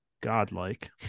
godlike